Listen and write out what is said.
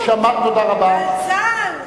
ועל צה"ל?